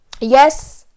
yes